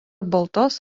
baltos